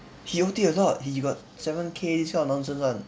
he O_T a lot he got seven K this kind of nonsense [one]